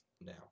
now